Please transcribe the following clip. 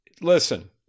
listen